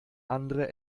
andere